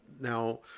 now